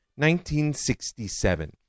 1967